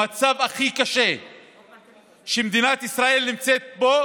במצב הכי קשה שמדינת ישראל נמצאת בו